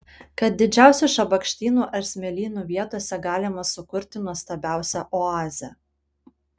kad didžiausių šabakštynų ar smėlynų vietose galima sukurti nuostabiausią oazę